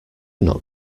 not